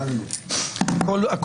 אני